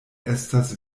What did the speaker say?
estas